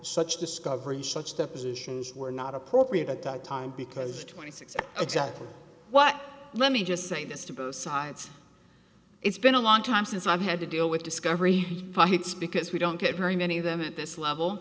such discovery in such depositions were not appropriate at that time because twenty six exactly what let me just say this to both sides it's been a long time since i've had to deal with discovery perhaps because we don't get very many of them at this level